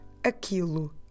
Aquilo